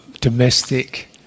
domestic